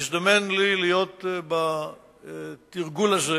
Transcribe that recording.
והזדמן לי להיות בתרגול הזה.